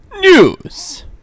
News